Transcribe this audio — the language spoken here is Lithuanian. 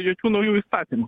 jokių naujų įstatymų